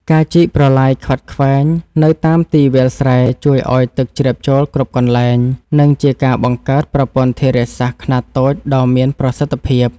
ការជីកប្រឡាយខ្វាត់ខ្វែងនៅតាមទីវាលស្រែជួយឱ្យទឹកជ្រាបចូលគ្រប់កន្លែង និងជាការបង្កើតប្រព័ន្ធធារាសាស្ត្រខ្នាតតូចដ៏មានប្រសិទ្ធភាព។